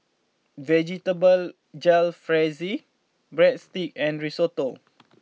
Vegetable Jalfrezi Breadsticks and Risotto